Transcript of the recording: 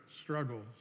struggles